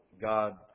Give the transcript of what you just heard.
God